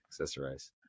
Accessorize